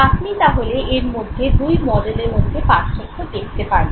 আপনি তাহলে এর মধ্যে দুই মডেলের মধ্যে পার্থক্য দেখতে পারলেন